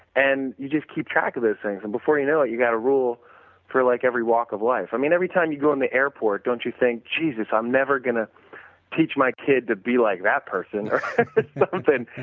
and you just keep track of those things and before you know it, you've got a rule for like every walk of life. i mean, every time you go in the airport don't you think, jesus, i'm never going to teach my kid to be like that person, or something.